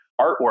artwork